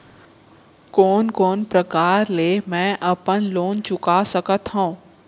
कोन कोन प्रकार ले मैं अपन लोन चुका सकत हँव?